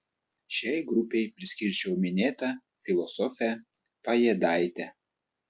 šiai grupei priskirčiau minėtą filosofę pajėdaitę